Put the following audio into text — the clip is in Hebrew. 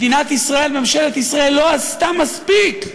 מדינת ישראל, ממשלת ישראל, לא עשתה מספיק.